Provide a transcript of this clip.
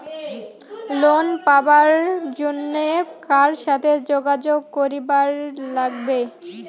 Loan পাবার জন্যে কার সাথে যোগাযোগ করিবার লাগবে?